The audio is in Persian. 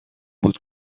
بود